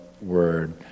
word